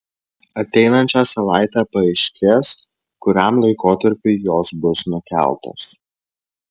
ateinančią savaitę paaiškės kuriam laikotarpiui jos bus nukeltos